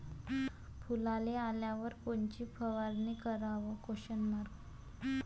फुलाले आल्यावर कोनची फवारनी कराव?